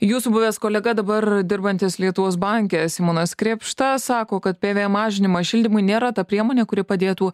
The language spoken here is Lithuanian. jūsų buvęs kolega dabar dirbantis lietuvos banke simonas krėpšta sako kad pvm mažinimas šildymui nėra ta priemonė kuri padėtų